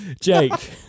Jake